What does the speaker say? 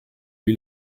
lui